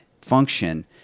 function